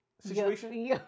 situation